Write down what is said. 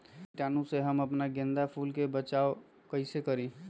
कीटाणु से हम अपना गेंदा फूल के बचाओ कई से करी?